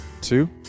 Two